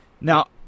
Now